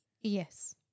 Yes